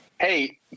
Hey